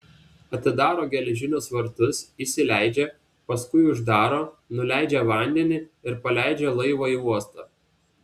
atidaro geležinius vartus įsileidžia paskui uždaro nuleidžia vandenį ir paleidžia laivą į uostą